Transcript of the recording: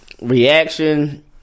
reaction